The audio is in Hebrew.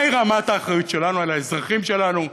מהי רמת האחריות שלנו לאזרחים שלנו?